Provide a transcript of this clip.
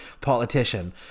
politician